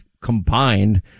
combined